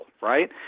right